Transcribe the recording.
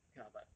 okay lah but